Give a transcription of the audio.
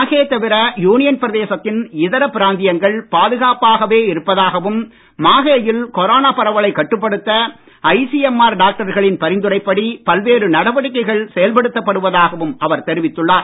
மாஹே தவிர யூனியன் பிரதேசத்தின் இதர பிராந்தியங்கள் பாதுகாப்பாகவே இருப்பதாகவும் மாஹே யில் கொரோனா பரவலைக் கட்டுப்படுத்த ஐசிஎம்ஆர் டாக்டர்களின் பரிந்துரைப்படி பல்வேறு நடவடிக்கைகள் செயல்படுத்தப் படுவதாகவும் அவர் தெரிவித்துள்ளார்